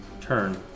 turn